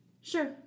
Sure